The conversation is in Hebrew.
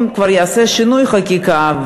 אם כבר ייעשה שינוי חקיקה,